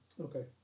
Okay